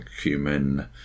cumin